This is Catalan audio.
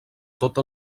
tot